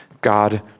God